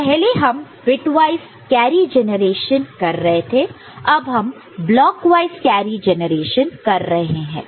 तो पहले हम बिटवाइस कैरी जनरेशन कर रहे थे अब हम ब्लॉकवाईस कैरी जनरेशन कर रहे हैं